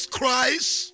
Christ